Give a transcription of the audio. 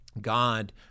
God –